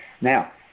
Now